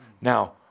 Now